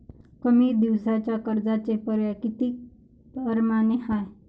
कमी दिसाच्या कर्जाचे पर्याय किती परमाने हाय?